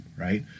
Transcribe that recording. Right